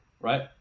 Right